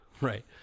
Right